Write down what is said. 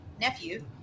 nephew